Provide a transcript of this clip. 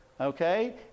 okay